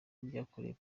ryakorewe